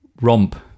romp